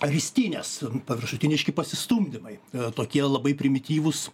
ristynės paviršutiniški pasistumdymai tokie labai primityvūs